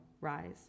rise